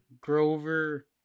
grover